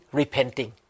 repenting